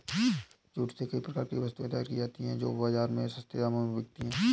jute से कई प्रकार की वस्तुएं तैयार की जाती हैं जो बाजार में सस्ते दामों में बिकती है